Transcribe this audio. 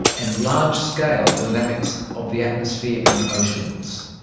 and large-scale dynamics of the atmosphere and oceans.